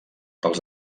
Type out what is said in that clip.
pels